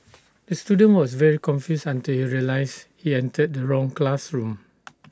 the student was very confused until he realised he entered the wrong classroom